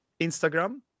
Instagram